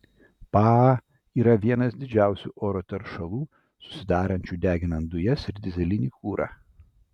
paa yra vienas dažniausių oro teršalų susidarančių deginant dujas ir dyzelinį kurą